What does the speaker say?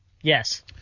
Yes